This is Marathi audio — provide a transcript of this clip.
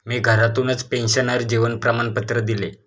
मी घरातूनच पेन्शनर जीवन प्रमाणपत्र दिले